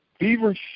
feverish